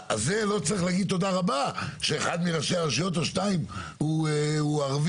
אז זה לא צריך להגיד תודה רבה שאחד מראשי הרשויות או שניים הוא ערבי.